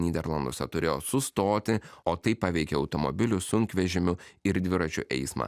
nyderlanduose turėjo sustoti o tai paveikė automobilių sunkvežimių ir dviračių eismą